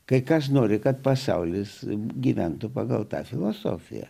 kai kas nori kad pasaulis gyventų pagal tą filosofiją